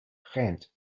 ghent